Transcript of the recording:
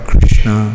Krishna